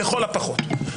לכל הפחות.